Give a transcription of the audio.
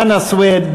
חנא סוייד,